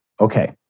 Okay